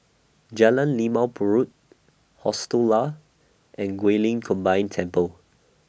Jalan Limau Purut Hostel Lah and Guilin Combined Temple